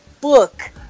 book